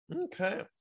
Okay